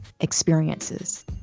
experiences